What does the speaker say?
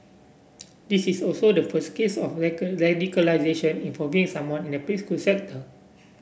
this is also the first case of radicalisation involving someone in the preschool sector